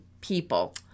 people